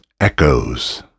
Echoes